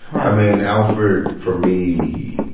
i mean, alfred, for me,